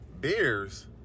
Beers